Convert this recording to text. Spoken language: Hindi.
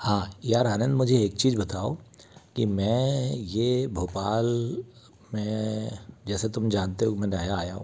हाँ यार आनंद मुझे एक चीज बताओ कि मैं ये भोपाल में जैसा तुम जानते हो मैं नया आया हूँ